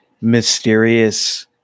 mysterious